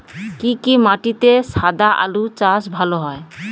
কি কি মাটিতে সাদা আলু চাষ ভালো হয়?